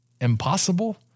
impossible